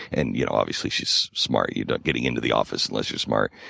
and you know obviously, she's smart. you're not getting into the office unless you're smart.